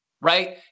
right